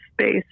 space